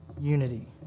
unity